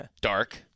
Dark